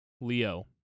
Leo